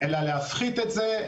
אלא להפחית את זה,